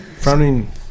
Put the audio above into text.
Frowning